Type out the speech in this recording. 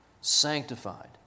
sanctified